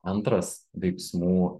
antras veiksmų